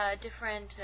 different